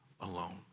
alone